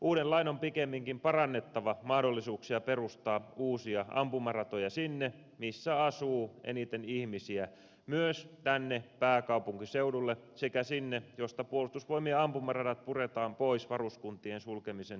uuden lain on pikemminkin parannettava mahdollisuuksia perustaa uusia ampumaratoja sinne missä asuu eniten ihmisiä myös tänne pääkaupunkiseudulle sekä sinne mistä puolustusvoimien ampumaradat puretaan pois varuskuntien sulkemisen seurauksena